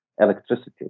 electricity